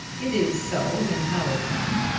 it is so in our tongue,